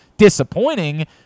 disappointing